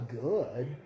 good